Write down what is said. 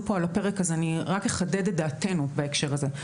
כאן על הפרק ואני רק אחדד ואומר את דעתנו בהקשר הזה.